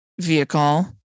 vehicle